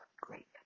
great